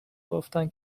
گفتن